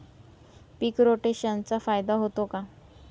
पीक रोटेशनचा फायदा होतो का?